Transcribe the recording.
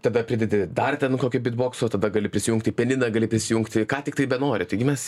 tada pridedi dar ten kokį bokso tada gali prisijungti pianiną gali prisijungti ką tiktai benori teigi mes